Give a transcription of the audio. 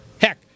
Heck